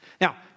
Now